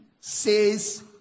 says